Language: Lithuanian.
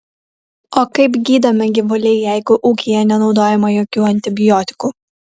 o kaip gydomi gyvuliai jeigu ūkyje nenaudojama jokių antibiotikų